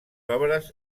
obres